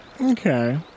Okay